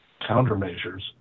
countermeasures